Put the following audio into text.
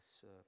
serve